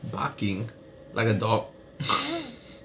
barking like a dog